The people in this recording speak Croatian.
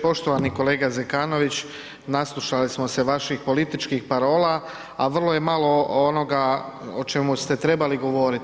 Poštovani kolega Zekanović naslušali smo se vaših političkih parola, a vrlo je malo onoga o čemu ste trebali govorit.